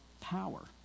power